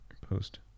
Post